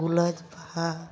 ᱜᱩᱞᱟᱹᱡ ᱵᱟᱦᱟ